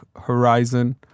horizon